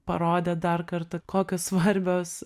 parodė dar kartą kokios svarbios